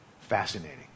Fascinating